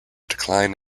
decline